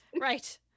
Right